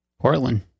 Portland